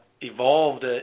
evolved